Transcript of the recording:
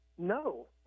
No